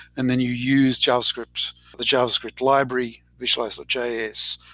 and then you use javascript, the javascript library, visualize ah js,